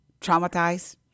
traumatized